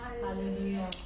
hallelujah